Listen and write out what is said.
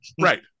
right